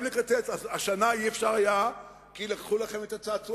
מתי התקציב היה כל כך טוב?